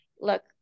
look